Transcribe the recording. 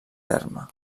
terme